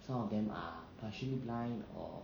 some of them are partially blind or